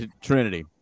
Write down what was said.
Trinity